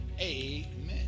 Amen